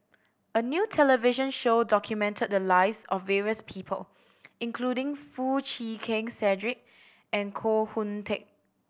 a new television show documented the lives of various people including Foo Chee Keng Cedric and Koh Hoon Teck